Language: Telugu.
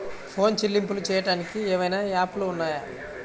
ఫోన్ చెల్లింపులు చెయ్యటానికి ఏవైనా యాప్లు ఉన్నాయా?